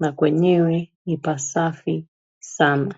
na kwenyewe ni pasafi sana.